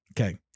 Okay